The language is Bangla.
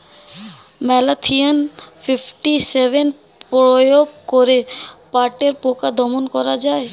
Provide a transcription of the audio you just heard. ম্যালাথিয়ন ফিফটি সেভেন প্রয়োগ করে পাটের পোকা দমন করা যায়?